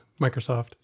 Microsoft